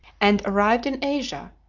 and arrived in asia,